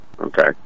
Okay